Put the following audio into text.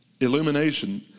Illumination